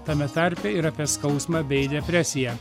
tame tarpe ir apie skausmą bei depresiją